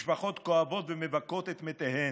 משפחות כואבת ומבכות את מתיהן.